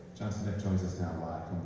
siniff joins us and um live,